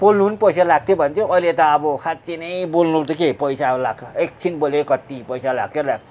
बोल्नु पनि पैसा लाग्थ्यो भन्थ्यो अहिले त अब साँच्ची नै अब बोल्नु त के पैसा अब लाग्छ एकछिन बोलेको कति पैसा लाग्छ लाग्छ